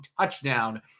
TOUCHDOWN